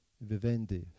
vivendi